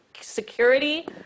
security